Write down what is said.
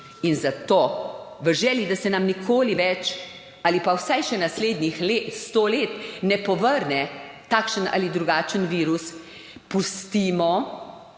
In zato v želji, da se nam nikoli več ali pa vsaj še naslednjih sto let, ne povrne takšen ali drugačen virus, pustimo